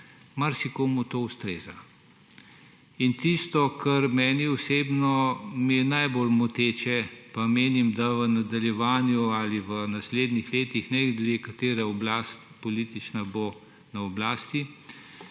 marsikomu ustreza. In tisto, kar meni osebno mi je najbolj moteče, pa menim, da v nadaljevanju ali v naslednjih letih, ne glede na to, katera oblast politična bo na oblasti,